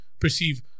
Perceive